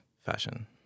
fashion